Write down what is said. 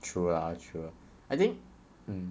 true lah true I think mm